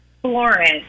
florence